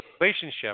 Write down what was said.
relationship